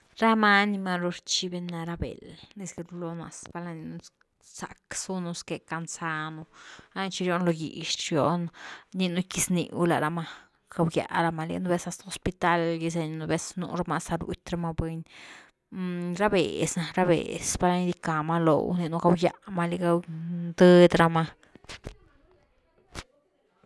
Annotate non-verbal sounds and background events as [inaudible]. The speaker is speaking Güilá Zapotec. Ra many ni maru rchivia ni na ra beld, esque rlula valna giniinu zack zunu xque cansanu val chi riunu o gëx chi rion rninu gickis niu lá ramagau gya rama li, núvez hasta lo hospital gyseñu, nú vez nú rama hasta ruty rama buny, [hesitation] ra béhez na, ra béhez val’na gidicka ma looh, rninu gawgya ma liga ndëdy ra’ma.